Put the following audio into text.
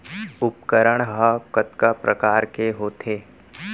उपकरण हा कतका प्रकार के होथे?